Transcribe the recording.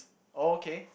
okay